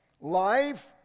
Life